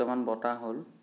কেইটামান বঁটা হ'ল